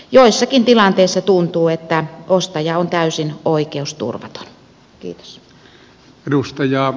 joissakin tilanteissa tuntuu että ostaja on täysin oikeusturvaton